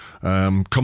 come